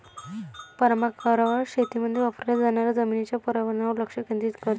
permaculture शेतीमध्ये वापरल्या जाणाऱ्या जमिनीच्या पर्यावरणावर लक्ष केंद्रित करते